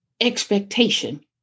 expectation